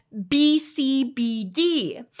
BCBD